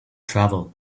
travel